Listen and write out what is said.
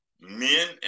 men